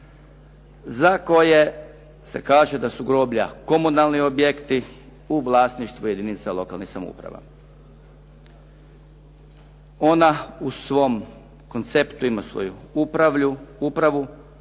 za koje se kaže da su groblja komunalni objekti u vlasništvu jedinica lokalnih samouprava. Ona u svom konceptu ima svoju upravu